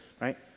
right